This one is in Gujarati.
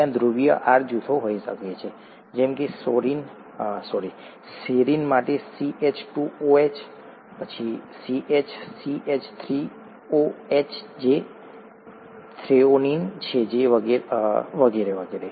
ત્યાં ધ્રુવીય R જૂથો હોઈ શકે છે જેમ કે સેરીન માટે CH2OH CH CH3OH જે થ્રેઓનિન છે વગેરે